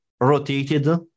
rotated